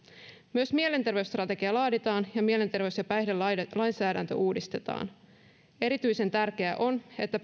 myös mielenterveysstrategia laaditaan ja mielenterveys ja päihdelainsäädäntö uudistetaan erityisen tärkeää on että